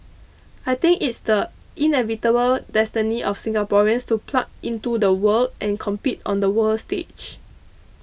I think it's the inevitable destiny of Singaporeans to plug into the world and compete on the world stage